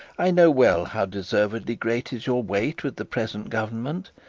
i know well how deservedly great is your weight with the present government.